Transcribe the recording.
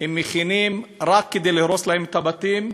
הם מכינים רק כדי להרוס להם את הבתים,